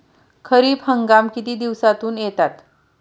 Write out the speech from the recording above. खरीप हंगाम किती दिवसातून येतात?